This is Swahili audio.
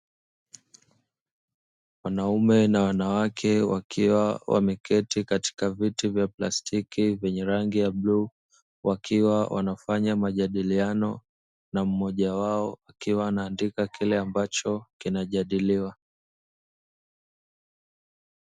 Wanaume na wanawake, wakiwa wameketi katika viti vya plastiki vyenye rangi ya bluu, wakiwa wanafanya majadiliano na mmoja wao akiwa anaandika kile ambacho kinajadiliwa.